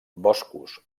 boscos